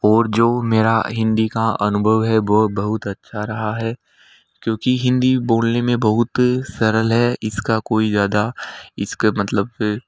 और जो मेरा हिंदी का अनुभव है वो बहुत अच्छा रहा है क्योंकि हिंदी बोलने में बहुत सरल है इस का कोई ज़्यादा इस का मतलब